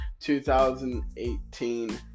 2018